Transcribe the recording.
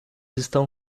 estão